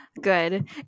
good